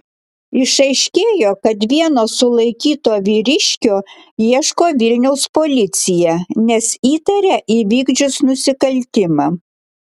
išaiškėjo kad vieno sulaikyto vyriškio ieško vilniaus policija nes įtaria įvykdžius nusikaltimą